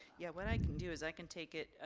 yeah what i can do is i can take it,